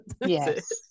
Yes